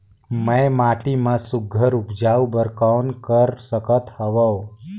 मैं माटी मा सुघ्घर उपजाऊ बर कौन कर सकत हवो?